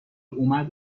اومد